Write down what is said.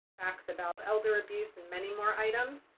facts about elder abuse, and many more items.